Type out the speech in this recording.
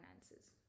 finances